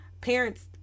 parents